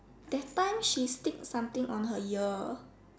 that time she stick on her ear